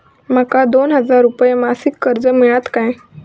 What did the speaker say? माका दोन हजार रुपये मासिक कर्ज मिळात काय?